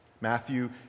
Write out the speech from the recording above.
Matthew